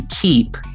keep